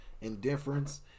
Indifference